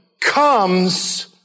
comes